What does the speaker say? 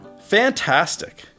Fantastic